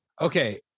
Okay